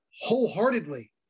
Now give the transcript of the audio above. wholeheartedly